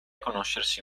conoscersi